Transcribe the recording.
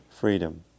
freedom